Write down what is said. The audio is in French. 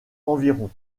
environ